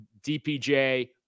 DPJ